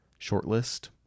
shortlist